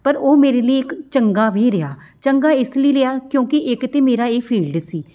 ਪਰ ਉਹ ਮੇਰੇ ਲਈ ਇੱਕ ਚੰਗਾ ਵੀ ਰਿਹਾ ਚੰਗਾ ਇਸ ਲਈ ਰਿਹਾ ਕਿਉਂਕਿ ਇੱਕ ਤਾਂ ਮੇਰਾ ਇਹ ਫੀਲਡ ਸੀ